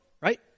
right